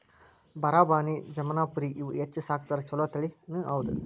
ಬರಬಾನಿ, ಜಮನಾಪುರಿ ಇವ ಹೆಚ್ಚ ಸಾಕತಾರ ಚುಲೊ ತಳಿನಿ ಹೌದ